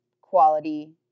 quality